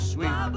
Sweet